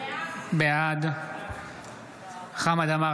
בעד חמד עמאר,